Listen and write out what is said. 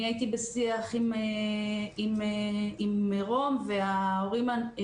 אני הייתי בשיח עם מרום וצופית,